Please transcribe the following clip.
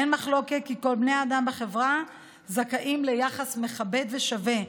אין מחלוקת כי כל בני האדם בחברה זכאים ליחס מכבד ושווה,